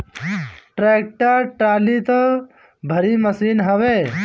tractor trolley तअ भारी मशीन हवे